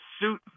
suit